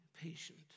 patient